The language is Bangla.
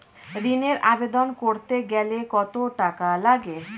ঋণের আবেদন করতে গেলে কত টাকা লাগে?